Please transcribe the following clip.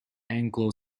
anglo